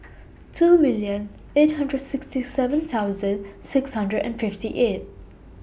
two million eight hundred sixty seven thousand six hundred and fifty eight